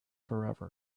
forever